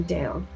down